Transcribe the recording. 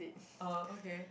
uh okay